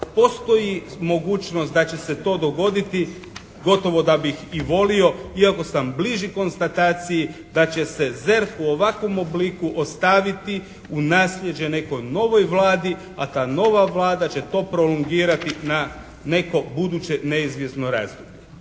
postoji mogućnost da će se to dogoditi. Gotovo da bih i volio iako sam bliži konstataciji da će se ZERP u ovakvom obliku ostaviti u nasljeđe nekoj novoj vladi a ta nova vlada će to prolongirati na neko buduće neizvjesno razdoblje.